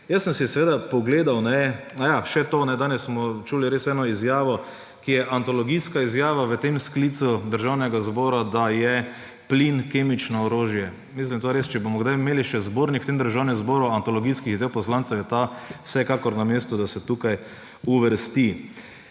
Jaz sem si seveda pogledal … Aja, še to, danes smo čuli res eno izjavo, ki je antologijska izjava v tem sklicu Državnega zbora, da je plin kemično orožje. Mislim, to res, če bomo kdaj imeli še zbornik antologijski izjav poslancev v Državnem zboru, je ta vsekakor na mestu, da se tukaj uvrsti.